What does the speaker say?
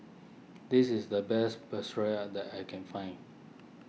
this is the best Pretzel that I can find